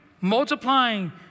multiplying